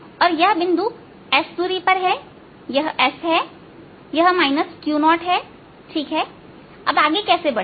और यह बिंदु S दूरी पर है यह S हैयह Q0है ठीक हैअब आगे कैसे बढ़े